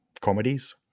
comedies